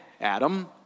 Adam